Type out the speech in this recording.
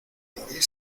morir